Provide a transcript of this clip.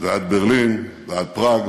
ועד ברלין ועד פראג,